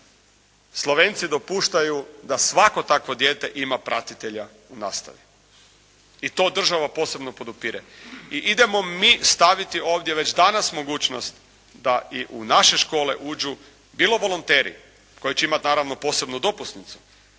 Slovenci dopuštaju da svako takvo dijete ima pratitelja u nastavi i to država posebno podupire. I idemo mi ovdje staviti već danas mogućnost da i u naše škole uđu bilo volonteri koji će imati naravno posebnu dopusnicu,